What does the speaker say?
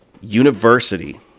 University